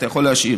אתה יכול להשאיר.